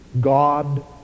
God